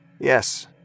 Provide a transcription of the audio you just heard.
Yes